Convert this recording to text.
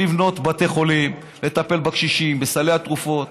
לבנות בתי חולים, לטפל בקשישים, בסלי התרופות.